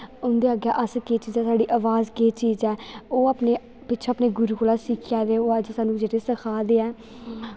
उं'दै अग्गें अस केह् चीज ऐं साढ़ी अवाज केह् चीज ऐ ओह् अपने पिच्छें अपने गुरु कोला दा सिक्खी आए दे जेह्ड़े सानूं अज्ज सखा दे ऐ